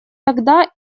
тогда